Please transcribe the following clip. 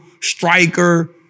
striker